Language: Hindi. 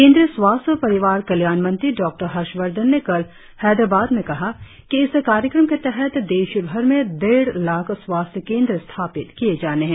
केंद्रीय स्वास्थ्य और परिवार कल्याण मंत्री डॉक्टर हर्षवर्धन ने कल हैदराबाद में कहा कि इस कार्यक्रम के तहत देशभर में डेढ़ लाख स्वास्थ्य केंद्र स्थापित किये जाने है